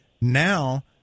Now